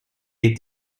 est